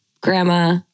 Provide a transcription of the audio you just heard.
Grandma